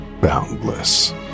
boundless